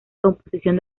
composición